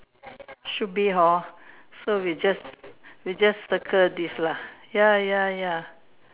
should be hor so we just we just circle this lah ya ya ya